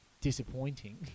disappointing